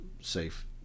safe